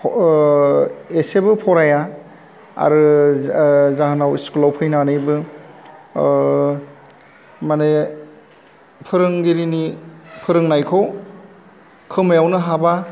एसेबो फराया आरो जो जा जाहोनाव स्कुल आव फैनानैबो मानि फोरोंगिरिनि फोरोंनायखौ खोमायावनो हाबा